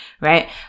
right